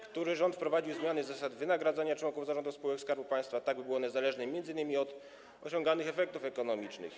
Który rząd wprowadził zmiany zasad wynagradzania członków zarządów spółek Skarbu Państwa, tak by były one zależne m.in. od osiąganych efektów ekonomicznych?